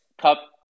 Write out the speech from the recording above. Cup